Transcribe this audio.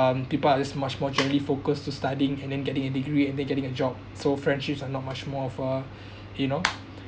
um people are just much more generally focus to studying and then getting a degree and then getting a job so friendships are not much more of uh you know